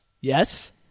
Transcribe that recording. Yes